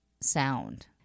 sound